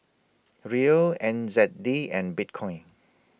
Riel N Z D and Bitcoin